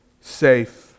safe